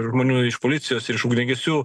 žmonių iš policijos ir iš ugniagesių